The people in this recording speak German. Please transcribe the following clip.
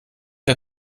der